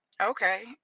Okay